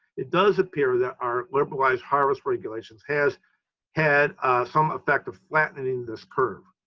it does appear that our liberalize harvest regulations has had some effect of flattening this curve.